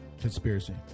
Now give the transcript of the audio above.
Conspiracy